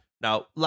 Now